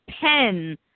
pen